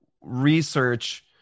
research